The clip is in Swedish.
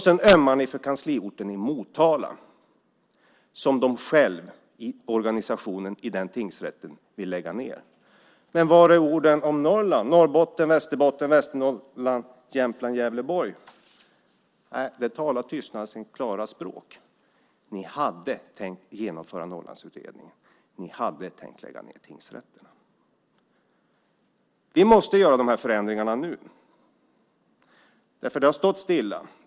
Sedan ömmar ni för kansliet i Motala, som organisationen inom den tingsrätten själv vill lägga ned. Men var är orden om Norrland: Norrbotten, Västerbotten, Västernorrland, Jämtland och Gävleborg? Nej, där talar tystnaden sitt klara språk. Ni hade tänkt genomföra Norrlandsutredningens förslag. Ni hade tänkt lägga ned tingsrätterna. Vi måste göra de här förändringarna nu, därför att det har stått stilla.